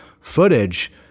footage